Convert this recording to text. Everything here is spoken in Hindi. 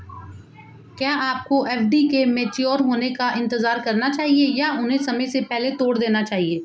क्या आपको एफ.डी के मैच्योर होने का इंतज़ार करना चाहिए या उन्हें समय से पहले तोड़ देना चाहिए?